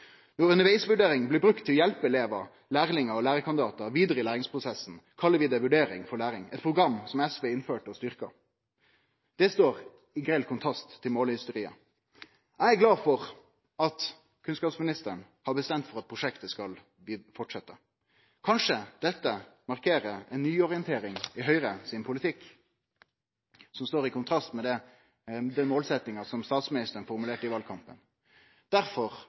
blir brukt til å hjelpe elevar, lærlingar og lærarkandidatar vidare i læringsprosessen, kallar vi det Vurdering for læring, eit program som SV innførte og styrkte. Det står i grell kontrast til målehysteriet. Eg er glad for at kunnskapsministeren har bestemt seg for at prosjektet skal fortsetje. Kanskje dette markerer ei nyorientering i Høgres politikk, som står i kontrast til målsettinga statsministeren formulerte i valkampen.